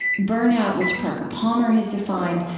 burnout, which parker palmer has defined,